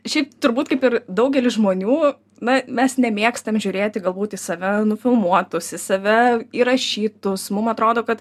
šiaip turbūt kaip ir daugelis žmonių na mes nemėgstam žiūrėti galbūt į save nufilmuotus į save įrašytus mum atrodo kad